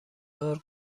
بار